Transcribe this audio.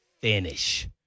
finish